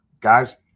guys